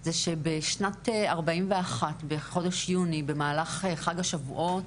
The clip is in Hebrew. זה שבשנת 41, בחודש יוני, במהלך חג השבועות,